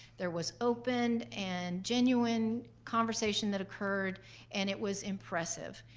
there was opened and genuine conversation that occurred and it was impressive.